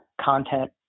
content